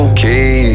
Okay